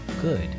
good